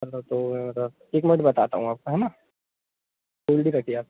पन्द्रह तो एक मिनट बताता हूँ आपको है ना होल्ड रखिए आप